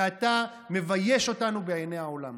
ואתה מבייש אותנו בעיני העולם.